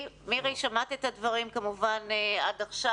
שמעת את הדברים עד עכשיו.